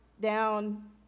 down